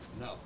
No